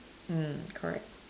mm correct